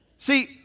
See